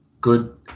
Good